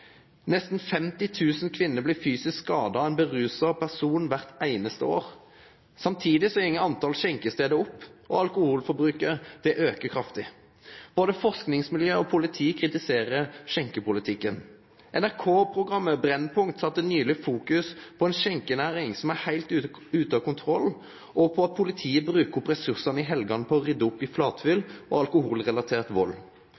Nesten 50 000 kvinner blir fysisk skadet av en beruset person hvert eneste år. Samtidig går antall skjenkesteder opp, og alkoholforbruket øker kraftig. Både forskningsmiljøer og politiet kritiserer skjenkepolitikken. NRK-programmet Brennpunkt satte nylig fokus på en skjenkenæring som er helt ute av kontroll, og på at politiet bruker opp ressursene i helgene på å rydde opp i flatfyll og alkoholrelatert vold.